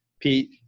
Pete